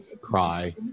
cry